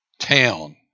town